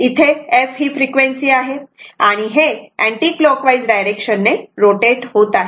इथे f ही frequency आहे आणि हे अँटीक्लॉकवाईज डायरेक्शन ने रोटेट होत आहे